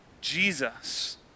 Jesus